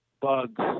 bugs